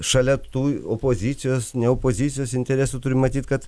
šalia tų opozicijos ne opozicijos interesų turim matyt kad